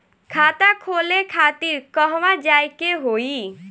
खाता खोले खातिर कहवा जाए के होइ?